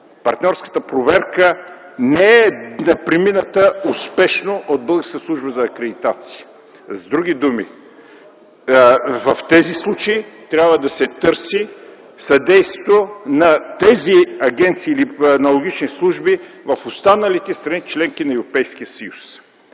партньорската проверка не е преминала успешно от Българската служба за акредитация. С други думи в тези случаи трябва да се търси съдействието на тези агенции или аналогични служби в останалите страни – членки на Европейския съюз.